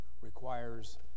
requires